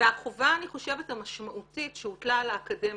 והחובה המשמעותית של כלל האקדמיה,